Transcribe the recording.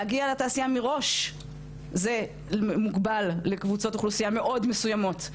להגיע לתעשייה מראש זה מוגבל לקבוצות אוכלוסיה מאוד מסויימות.